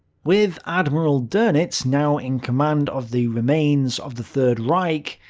with admiral donitz now in command of the remains of the third reich,